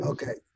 Okay